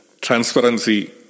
Transparency